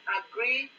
agree